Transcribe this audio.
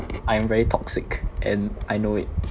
I am very toxic and I know it